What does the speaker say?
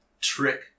trick